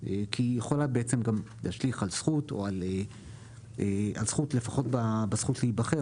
כי היא יכולה גם להשליך על זכות לפחות בזכות להיבחר,